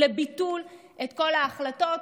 לביטול של כל ההחלטות.